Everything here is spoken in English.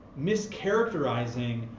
mischaracterizing